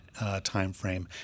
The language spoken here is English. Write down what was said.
timeframe